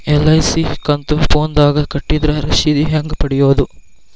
LIC ಕಂತು ಫೋನದಾಗ ಕಟ್ಟಿದ್ರ ರಶೇದಿ ಹೆಂಗ್ ಪಡೆಯೋದು?